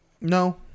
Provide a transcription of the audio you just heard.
No